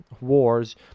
wars